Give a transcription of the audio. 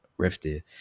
rifted